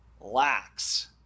lacks